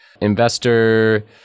investor